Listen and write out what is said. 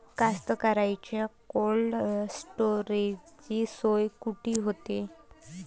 कास्तकाराइच्या कोल्ड स्टोरेजची सोय कुटी होते?